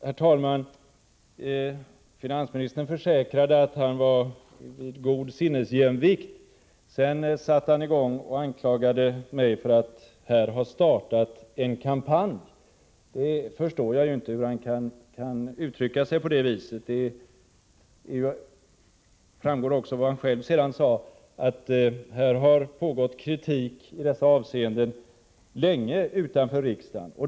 Herr talman! Finansministern sade att han var vid god sinnesjämvikt. Sedan satte han i gång att anklaga mig för att ha startat en kampanj. Jag förstår inte hur han kan uttrycka sig på det viset. Det framgår också av vad han själv sade att det i detta avseende har framförts kritik sedan länge utanför riksdagen.